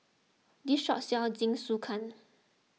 this shop sells Jingisukan